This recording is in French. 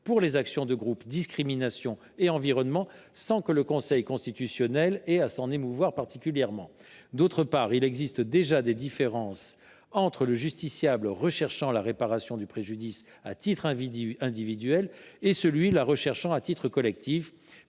pour les actions de groupe en matière de discriminations ou de questions environnementales, sans que le Conseil constitutionnel ait à s’en émouvoir particulièrement. D’autre part, il existe déjà des différences entre le justiciable recherchant la réparation du préjudice à titre individuel et celui la recherchant à titre collectif,